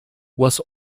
was